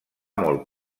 molt